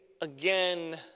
again